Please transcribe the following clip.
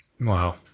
Wow